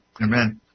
Amen